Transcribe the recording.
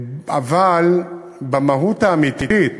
אבל במהות האמיתית,